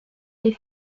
des